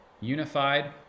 unified